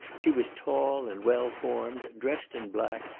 she was tall, and well formed, dressed in black,